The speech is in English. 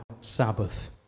Sabbath